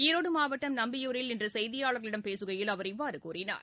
ஈரோடு மாவட்டம் நம்பியூரில் இன்று செய்தியாளர்களிடம் பேசுகையில் அவர் இவ்வாறு கூறினார்